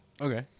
Okay